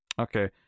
Okay